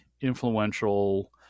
influential